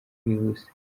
bwihuse